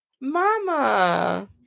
Mama